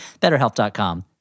BetterHelp.com